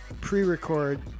pre-record